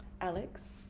Alex